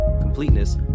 completeness